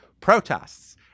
protests